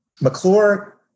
McClure